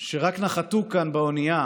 שרק נחתו כאן מהאונייה